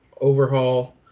overhaul